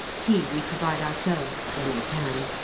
tea we provide ourselves when we can.